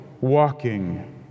walking